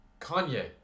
Kanye